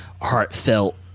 heartfelt